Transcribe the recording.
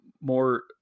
more